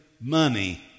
money